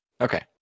Okay